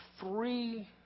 three